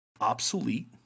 obsolete